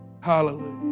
hallelujah